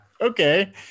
okay